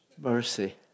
Mercy